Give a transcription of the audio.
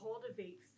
cultivate